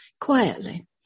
quietly